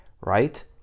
right